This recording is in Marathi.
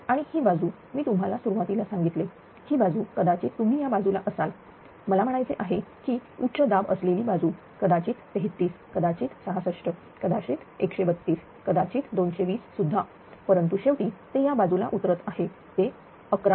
आणि ही बाजू मी तुम्हाला सुरुवातीला सांगितले ही बाजू कदाचित तुम्ही या बाजूला असाल मला म्हणायचे आहे की उच्च दाब असलेली बाजू कदाचित 33 कदाचित66 कदाचित 132कदाचित 220 सुद्धा परंतु शेवटी ते या बाजूला उतरत आहे ते 11kV